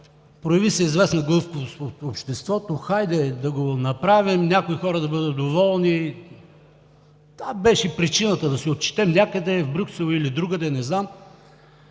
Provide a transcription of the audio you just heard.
Прояви се известна гъвкавост в обществото: хайде да го направим, някои хора да бъдат доволни, това беше причината да се отчетем някъде в Брюксел или другаде, не знам.